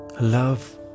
Love